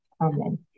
Amen